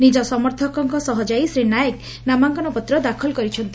ନିଜ ସମର୍ଥକଙ୍କ ସହ ଯାଇ ଶ୍ରୀ ନାଏକ ନାମାଙ୍କନପତ୍ର ଦାଖଲ କରିଛନ୍ତି